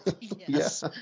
yes